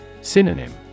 Synonym